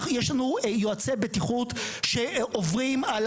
יש לנו יועצי בטיחות שעוברים על